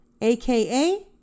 AKA